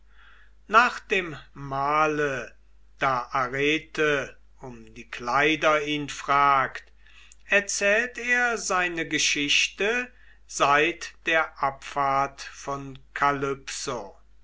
nach dem mahle da arete um die kleider ihn fragt erzählt er seine geschichte seit der abfahrt von